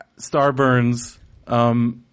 Starburns